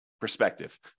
Perspective